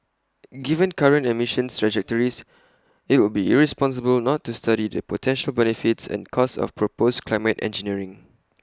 given current emissions trajectories IT would be irresponsible not to study the potential benefits and costs of proposed climate engineering